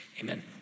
amen